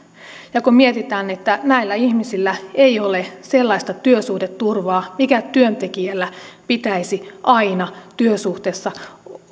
ja kun mietitään että näillä ihmisillä ei ole sellaista työsuhdeturvaa mikä pitäisi aina työsuhteessa